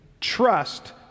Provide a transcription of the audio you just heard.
Trust